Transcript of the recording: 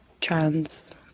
trans